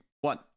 one